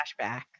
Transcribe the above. Flashback